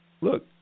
Look